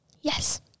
Yes